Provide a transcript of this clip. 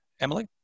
Emily